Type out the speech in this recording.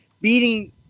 beating